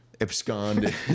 Absconded